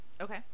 Okay